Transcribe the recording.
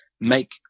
make